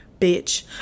bitch